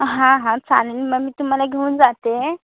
हां हां चालेल मग मी तुम्हाला घेऊन जाते